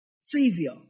savior